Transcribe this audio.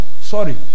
sorry